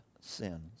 sins